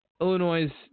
Illinois